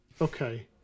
okay